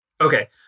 Okay